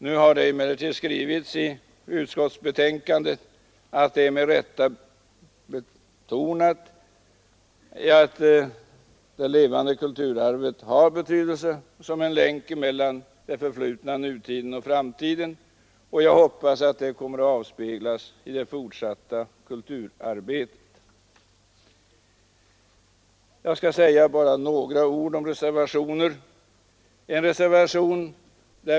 Nu har det emellertid skrivits i utskottsbetänkandet att motionärerna med rätta betonat att det levande kulturarvet har betydelse som en länk mellan det förflutna, nutiden och framtiden, och jag hoppas att det kommer att avspeglas i det fortsatta kulturarbetet. Jag skall säga bara några ord om en reservation.